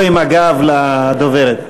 לא עם הגב לדוברת.